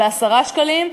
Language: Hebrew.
ב-10 שקלים,